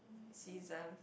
season